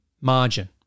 margin